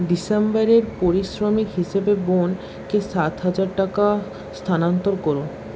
ডিসেম্বরের পারিশ্রমিক হিসেবে বোনকে সাত হাজার টাকা স্থানান্তর করুন